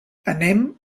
anem